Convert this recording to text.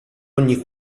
ogni